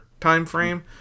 timeframe